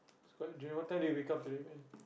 it's quite drain what time did you wake up today man